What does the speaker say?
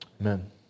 Amen